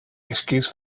excuse